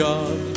God